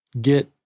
Get